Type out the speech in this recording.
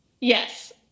Yes